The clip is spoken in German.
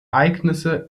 ereignisse